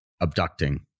abducting